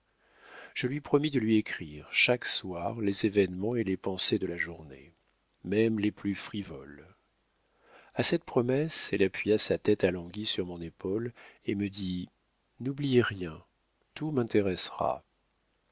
je lui promis de lui écrire chaque soir les événements et les pensées de la journée même les plus frivoles a cette promesse elle appuya sa tête alanguie sur mon épaule et me dit n'oubliez rien tout m'intéressera